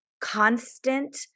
constant